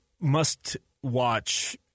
must-watch